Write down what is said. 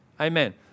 Amen